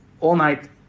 all-night